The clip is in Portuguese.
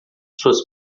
suas